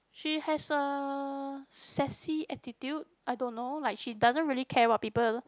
she has a sexy attitude I don't know like she doesn't really care about people